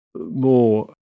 more